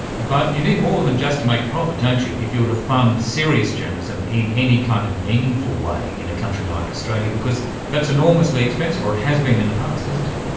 but you need more than just to make a profit, don't you, if you are to fund serious journalism in any kind of meaningful way in a country like australia because that's enormously expensive, or it has been in the past, hasn't it.